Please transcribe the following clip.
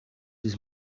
his